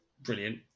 Brilliant